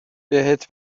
بهت